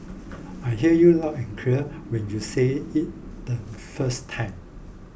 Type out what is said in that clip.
I hear you loud and clear when you said it the first time